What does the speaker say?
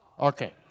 Okay